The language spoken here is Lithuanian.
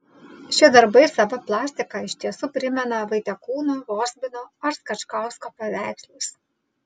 šie darbai sava plastika iš tiesų primena vaitekūno vozbino ar skačkausko paveikslus